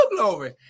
glory